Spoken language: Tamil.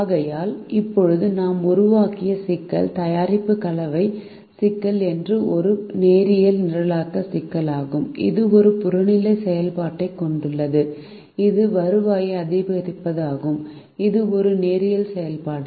ஆகையால் இப்போது நாம் உருவாக்கிய சிக்கல் தயாரிப்பு கலவை சிக்கல் என்பது ஒரு நேரியல் நிரலாக்க சிக்கலாகும் இது ஒரு புறநிலை செயல்பாட்டைக் கொண்டுள்ளது இது வருவாயை அதிகரிப்பதாகும் இது ஒரு நேரியல் செயல்பாடு